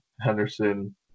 Henderson